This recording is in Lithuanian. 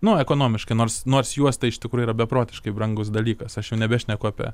nu ekonomiškai nors nors juosta iš tikro yra beprotiškai brangus dalykas aš jau nebešneku apie